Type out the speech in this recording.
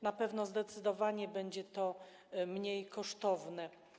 Na pewno, zdecydowanie będzie to mniej kosztowne.